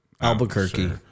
Albuquerque